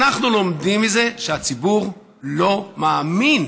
אנחנו לומדים מזה שהציבור לא מאמין